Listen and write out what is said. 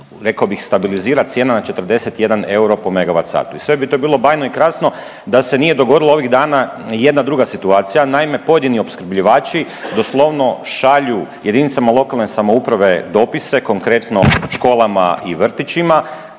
rekao bi stabilizira cijena na 41 euro po MW/h. I sve to bilo bajno i krasno da se nije dogodila ovih dana jedna druga situacija, naime pojedini opskrbljivači doslovno šalju jedinicama lokalne samouprave dopise, konkretno školama i vrtićima